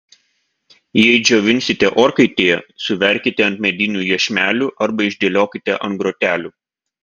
jei džiovinsite orkaitėje suverkite ant medinių iešmelių arba išdėliokite ant grotelių